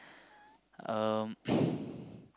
um